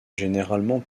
généralement